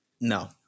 no